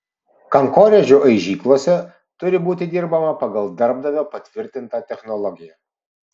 kankorėžių aižyklose turi būti dirbama pagal darbdavio patvirtintą technologiją